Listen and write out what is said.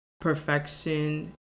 perfection